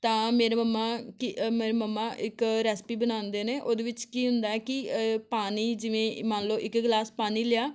ਤਾਂ ਮੇਰੇ ਮੰਮਾ ਕ ਮੇਰੇ ਮੰਮਾ ਇੱਕ ਰੈਸਪੀ ਬਣਾਉਂਦੇ ਨੇ ਉਹਦੇ ਵਿੱਚ ਕੀ ਹੁੰਦਾ ਕਿ ਪਾਣੀ ਜਿਵੇਂ ਮੰਨ ਲਉ ਇੱਕ ਗਿਲਾਸ ਪਾਣੀ ਲਿਆ